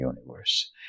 universe